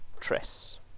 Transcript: Triss